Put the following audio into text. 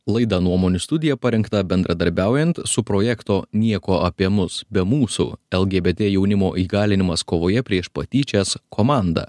laida nuomonių studija parengta bendradarbiaujant su projekto nieko apie mus be mūsų lgbt jaunimo įgalinimas kovoje prieš patyčias komanda